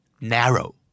narrow